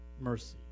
mercy